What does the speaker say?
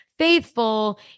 Faithful